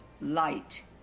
light